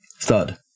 Thud